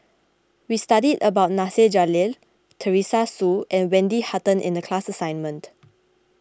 we studied about Nasir Jalil Teresa Hsu and Wendy Hutton in the class assignment